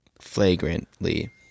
Flagrantly